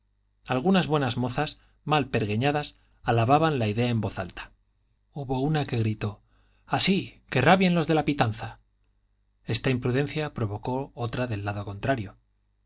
algunas buenas mozas mal pergeñadas alababan la idea en voz alta hubo una que gritó así que rabien los de la pitanza esta imprudencia provocó otra del lado contrario